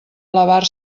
elevar